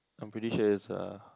I'm pretty sure it's a